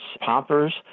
poppers